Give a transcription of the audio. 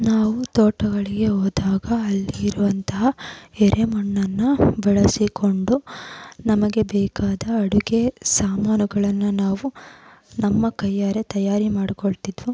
ನಾವು ತೋಟಗಳಿಗೆ ಹೋದಾಗ ಅಲ್ಲಿರುವಂಥ ಎರೆ ಮಣ್ಣನ್ನು ಬಳಸಿಕೊಂಡು ನಮಗೆ ಬೇಕಾದ ಅಡುಗೆ ಸಾಮಾನುಗಳನ್ನು ನಾವು ನಮ್ಮ ಕೈಯ್ಯಾರೆ ತಯಾರಿ ಮಾಡ್ಕೊಳ್ತಿದ್ವು